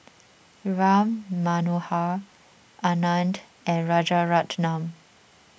Ram Manohar Anand and Rajaratnam